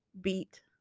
beat